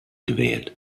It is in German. gewählt